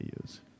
use